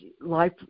life